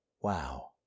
Wow